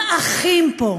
עם אחים פה,